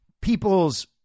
people's